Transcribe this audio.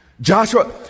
Joshua